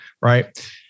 right